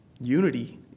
unity